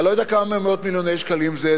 אני לא יודע כמה מאות מיליוני שקלים זה,